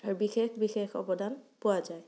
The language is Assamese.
তাৰ বিশেষ বিশেষ অৱদান পোৱা যায়